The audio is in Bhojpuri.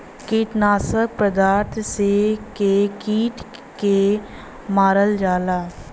कीटनाशक पदार्थ से के कीट के मारल जाला